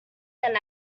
than